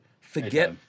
forget